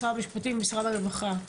משרד המשפטים ומשרד הרווחה.